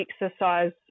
exercise